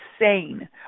insane